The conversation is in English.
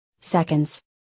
seconds